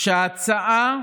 חבר הכנסת אבי